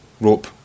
rope